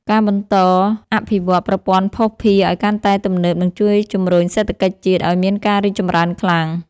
ការបន្តអភិវឌ្ឍន៍ប្រព័ន្ធភស្តុភារឱ្យកាន់តែទំនើបនឹងជួយជំរុញសេដ្ឋកិច្ចជាតិឱ្យមានការរីកចម្រើនខ្លាំង។